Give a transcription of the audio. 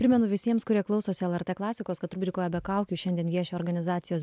primenu visiems kurie klausosi lrt klasikos kad rubrikoje be kaukių šiandien vieši organizacijos